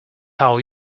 how